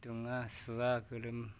दुङा सुवा गोलोम